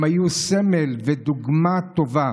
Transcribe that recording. הם היו סמל ודוגמה טובה